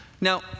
Now